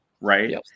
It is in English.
right